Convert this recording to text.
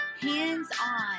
hands-on